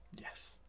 yes